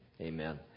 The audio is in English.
amen